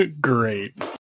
Great